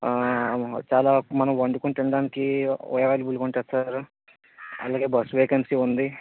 ఆ చాలా మనం వండుకొని తినడానికి ఓయో అవైలబుల్ గా ఉంటుంది సార్ అలాగే బస్ వేకెన్సీ ఉంది